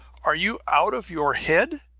are you out of your head?